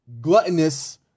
gluttonous